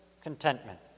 contentment